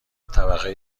طبقه